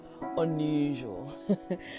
unusual